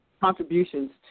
contributions